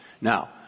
Now